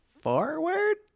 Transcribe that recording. Forward